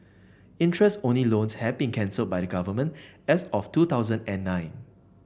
interest only loans have been cancelled by the Government as of two thousand and nine